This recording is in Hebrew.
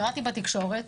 קראתי בתקשורת,